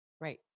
Right